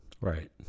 Right